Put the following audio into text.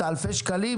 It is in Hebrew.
את אלפי השקלים?